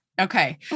Okay